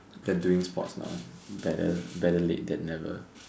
we're doing sports now better better late than never